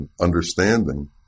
understanding